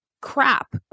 crap